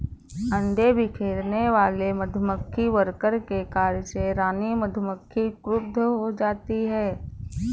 अंडे बिखेरने वाले मधुमक्खी वर्कर के कार्य से रानी मधुमक्खी क्रुद्ध हो जाती है